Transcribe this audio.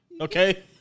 Okay